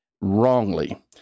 wrongly